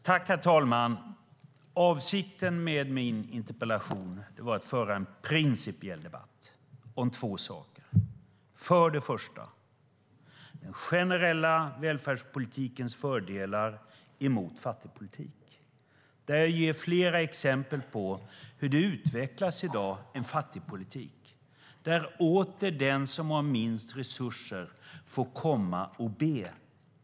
Herr talman! Avsikten med min interpellation var att föra en principiell debatt om två saker. Den första är den generella välfärdspolitikens fördelar mot fattigpolitik. Jag ger flera exempel på hur det i dag utvecklas en fattigpolitik, där åter den som har minst resurser får komma och be.